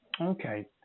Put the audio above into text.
Okay